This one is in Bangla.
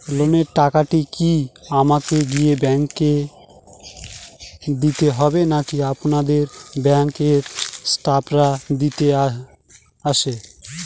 লোনের টাকাটি কি আমাকে গিয়ে ব্যাংক এ দিতে হবে নাকি আপনাদের ব্যাংক এর স্টাফরা নিতে আসে?